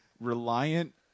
Reliant